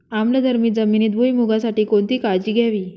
आम्लधर्मी जमिनीत भुईमूगासाठी कोणती काळजी घ्यावी?